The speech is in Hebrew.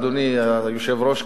אדוני היושב-ראש,